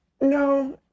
no